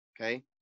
okay